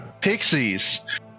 pixies